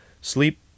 Sleep